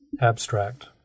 Abstract